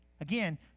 again